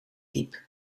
diep